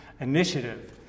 Initiative